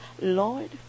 Lord